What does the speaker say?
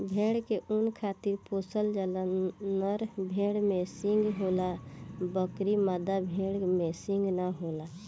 भेड़ के ऊँन खातिर पोसल जाला, नर भेड़ में सींग होला बकीर मादा भेड़ में सींग ना होला